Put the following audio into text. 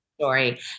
story